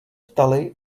ptali